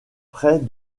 près